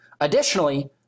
Additionally